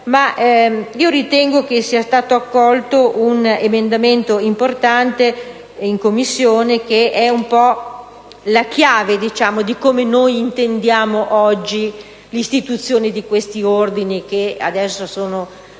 ma ritengo sia stato accolto un emendamento importante in Commissione che è un po' la chiave di come noi intendiamo oggi l'istituzione di questi ordini che adesso sono